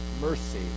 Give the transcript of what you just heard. mercy